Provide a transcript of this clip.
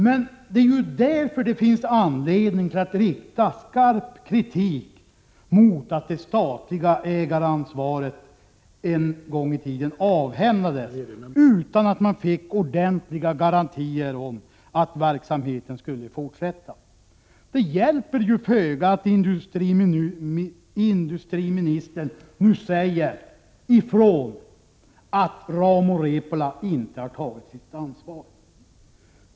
Men det är ju därför som det finns anledning att rikta skarp kritik mot att det statliga ägaransvaret en gång i tiden avhändes utan att ordentliga garantier gavs om att verksamheten skulle fortsätta. Det hjälper ju föga att industriministern nu säger att Rauma-Repola inte har tagit sitt ansvar.